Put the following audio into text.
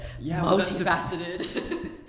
multifaceted